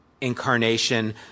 incarnation